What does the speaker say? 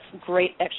great